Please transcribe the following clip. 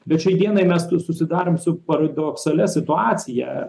bet šiai dienai mes susidarom su paradoksalia situacija